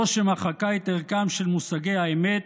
זו שמחקה את ערכם של מושגי האמת,